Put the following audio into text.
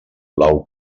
blau